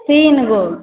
तीन गो